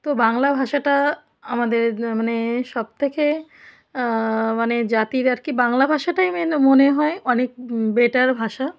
তো বাংলা ভাষাটা আমাদের মানে সবথেকে মানে জাতির আর কি বাংলা ভাষাটাই মেন মনে হয় অনেক বেটার ভাষা